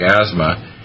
asthma